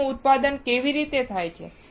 તેનું ઉત્પાદન કેવી રીતે થાય છે